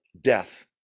death